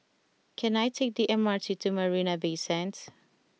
can I take the M R T to Marina Bay Sands